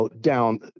down